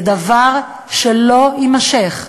זה דבר שלא יימשך,